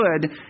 good